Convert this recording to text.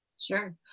Sure